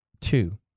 Two